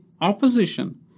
opposition